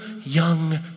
young